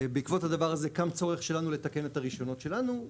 ובעקבות הדבר הזה קם צורך שלנו לתקן את הרישיונות שלנו,